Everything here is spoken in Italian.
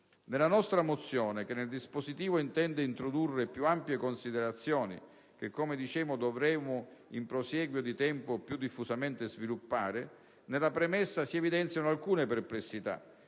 della nostra mozione si intendono introdurre più ampie considerazioni che, come dicevo, dovremo in prosieguo di tempo più diffusamente sviluppare. Nella premessa si evidenziano invece alcune perplessità